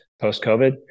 post-COVID